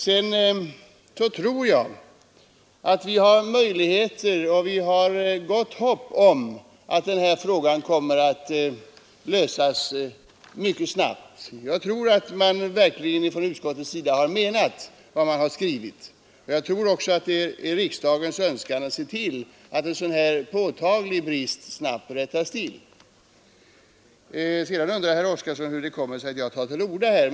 Sedan tror jag att vi kan ha gott hopp om att den här frågan kommer att lösas mycket snabbt. Jag tror att man verkligen från utskottets sida har menat vad man har skrivit, och jag tror också att det är riksdagens önskan att se till att sådana här uppenbart grova brister snabbt rättas till. Herr Oskarson undrar hur det kommer sig att jag tar till orda här.